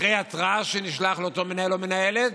ואחרי התראה שנשלחת לאותו מנהל או מנהלת,